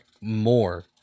more